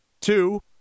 Two